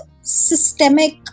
systemic